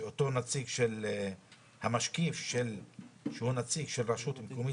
שאותו משקיף שהוא נציג של רשות מקומית